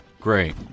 Great